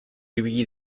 ibili